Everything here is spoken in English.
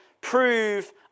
prove